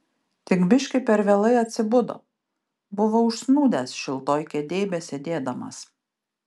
tik biški per vėlai atsibudo buvo užsnūdęs šiltoj kėdėj besėdėdamas